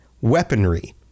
weaponry